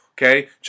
Okay